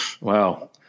Wow